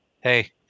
hey